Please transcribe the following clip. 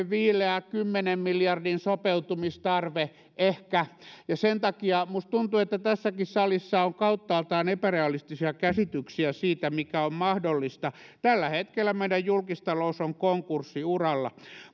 viileä kymmenen miljardin sopeutumistarve ja sen takia minusta tuntuu että tässäkin salissa on kauttaaltaan epärealistisia käsityksiä siitä mikä on mahdollista tällä hetkellä meidän julkistaloutemme on konkurssiuralla